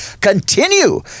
Continue